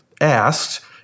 asked